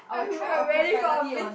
I'm very sorry